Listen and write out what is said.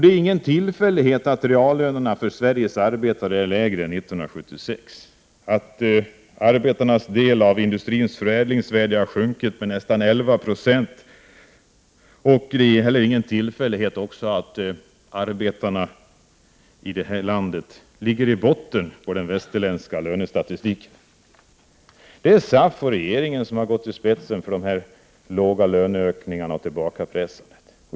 Det är ingen tillfällighet att reallönerna för Sveriges arbetare är lägre än 1976, att arbetarnas del av industrins förädlingsvärde har sjunkit med nästan 11 20. Det är heller ingen tillfällighet att arbetarna i det här landet ligger i botten på den västerländska lönestatistiken. Det är SAF och regeringen som har gått i spetsen för de låga löneökningarna och tillbakapressandet.